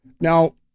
Now